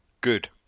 good